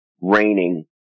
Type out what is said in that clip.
raining